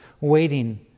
waiting